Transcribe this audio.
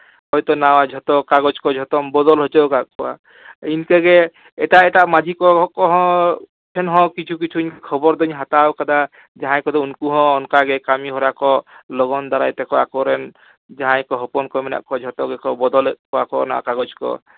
ᱦᱳᱭᱛᱳ ᱱᱟᱣᱟ ᱡᱷᱚᱛᱚ ᱠᱟᱜᱚᱡᱽ ᱠᱚ ᱡᱷᱚᱛᱚᱢ ᱵᱚᱫᱚᱞ ᱦᱚᱪᱚᱣ ᱠᱟᱫ ᱠᱚᱣᱟ ᱤᱱᱠᱟᱹᱜᱮ ᱮᱴᱟᱜ ᱮᱴᱟᱜ ᱢᱟᱹᱡᱷᱤ ᱠᱚ ᱠᱚᱦᱚᱸ ᱴᱷᱮᱱ ᱦᱚᱸ ᱠᱤᱪᱷᱩ ᱠᱤᱪᱷᱩᱧ ᱠᱷᱚᱵᱚᱨ ᱫᱩᱧ ᱦᱟᱛᱟᱣ ᱠᱟᱫᱟ ᱡᱟᱦᱟᱸᱭ ᱠᱚᱫᱚ ᱩᱱᱠᱩ ᱦᱚᱸ ᱚᱱᱠᱟᱜᱮ ᱠᱟᱹᱢᱤ ᱦᱚᱨᱟ ᱠᱚ ᱞᱚᱜᱚᱱ ᱫᱷᱟᱨᱟᱭ ᱛᱮᱠᱚ ᱟᱠᱚ ᱨᱮᱱ ᱡᱟᱦᱸᱟᱭ ᱠᱚ ᱦᱚᱯᱚᱱ ᱠᱚ ᱢᱮᱱᱟᱜ ᱡᱷᱚᱛᱚ ᱜᱮᱠᱚ ᱵᱚᱫᱚᱞᱮᱫ ᱠᱚᱣᱟ ᱠᱚ ᱚᱱᱟ ᱠᱟᱜᱚᱡᱽ ᱠᱚ